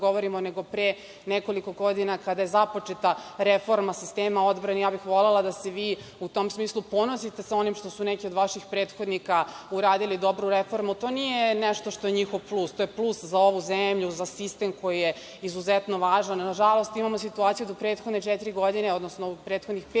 nego pre nekoliko godina kada je započeta reforma sistema odbrane. Ja bih volela da se vi u tom smislu ponosite onim što su neki od vaših prethodnika uradili dobru reformu. To nije nešto što je njihov plus, to je plus za ovu zemlju, za sistem koji je izuzetno važan. Nažalost, imamo situaciju da u prethodnih pet godina imamo četiri